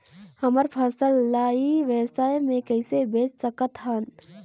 हमर फसल ल ई व्यवसाय मे कइसे बेच सकत हन?